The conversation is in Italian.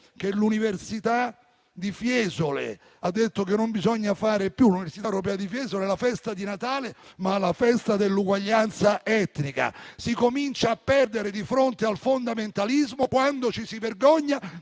che l'Università europea di Fiesole ha detto che bisogna fare non più la festa di Natale, ma la festa dell'uguaglianza etnica. Si comincia a perdere di fronte al fondamentalismo quando ci si vergogna